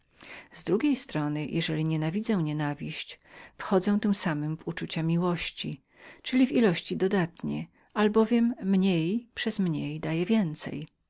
z drugiej strony jeżeli nienawidzę nienawiść wchodzę tem samem w uczucia miłości czyli w ilości dodatne i dla tego to mniej przez mniej daje więcej